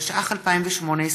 התשע"ח 2018,